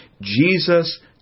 Jesus